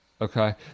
Okay